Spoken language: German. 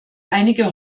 einige